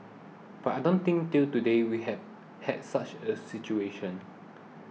but I don't think till today we have had such a situation